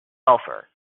sulfur